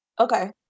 Okay